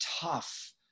tough